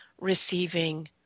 receiving